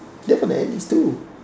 they are from the Andes too